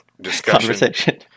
discussion